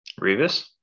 Revis